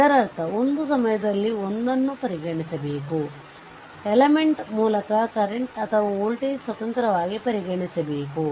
ಇದರರ್ಥ ಒಂದು ಸಮಯದಲ್ಲಿ ಒಂದನ್ನು ಪರಿಗಣಿಬೇಕು ಎಲಿಮೆಂಟ್ ಮೂಲಕ ಕರೆಂಟ್ ಅಥವಾ ವೋಲ್ಟೇಜ್ ಸ್ವತಂತ್ರವಾಗಿ ಪರಿಗಣಿಬೇಕು